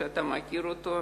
שאתה מכיר אותו,